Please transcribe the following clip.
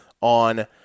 on